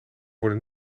worden